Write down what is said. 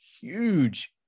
huge